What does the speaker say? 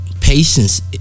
patience